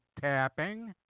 tapping